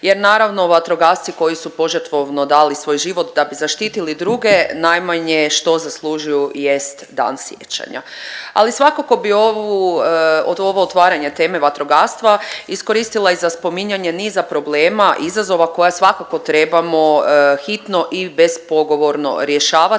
jer naravno vatrogasci koji su požrtvovno dali svoj život da bi zaštitili druge, najmanje što zaslužuju jest dan sjećanja. Ali svakako bi ovu, ovo otvaranje teme vatrogastva, iskoristila i za spominjanje niza problema, izazova koja svakako trebamo hitno i bespogovorno rješavati